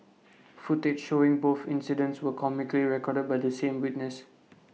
footage showing both incidents were comically recorded by the same witness